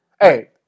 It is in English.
Hey